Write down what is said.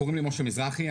קוראים לי משה מזרחי,